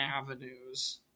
avenues